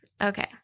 okay